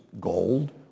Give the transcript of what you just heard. gold